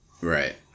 right